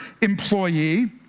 employee